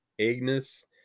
Agnes